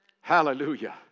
Hallelujah